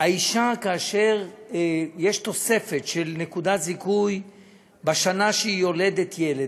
כאשר יש תוספת של נקודת זיכוי בשנה שאישה יולדת ילד,